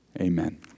amen